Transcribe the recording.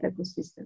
ecosystem